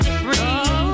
free